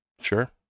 Sure